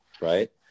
Right